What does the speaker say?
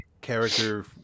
character